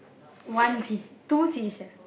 one fish two seashell